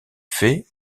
fait